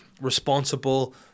responsible